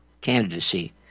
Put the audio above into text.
candidacy